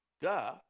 Duh